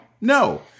No